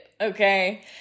Okay